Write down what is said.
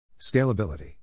Scalability